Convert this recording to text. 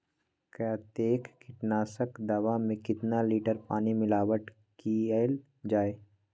कतेक किटनाशक दवा मे कितनी लिटर पानी मिलावट किअल जाई?